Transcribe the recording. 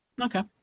Okay